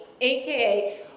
AKA